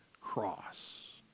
cross